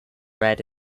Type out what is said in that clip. red